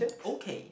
okay